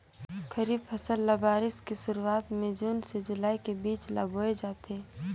खरीफ फसल ल बारिश के शुरुआत में जून से जुलाई के बीच ल बोए जाथे